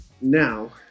Now